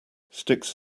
sticks